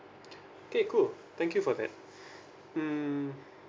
okay cool thank you for that mm